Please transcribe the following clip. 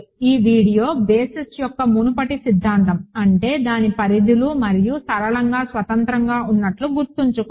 ఈ video basis యొక్క మునుపటి సిద్ధాంతం అంటే దాని పరిధులు మరియు సరళంగా స్వతంత్రంగా ఉన్నట్లు గుర్తుంచుకోండి